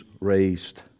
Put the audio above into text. raised